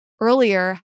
earlier